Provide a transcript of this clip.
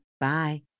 Bye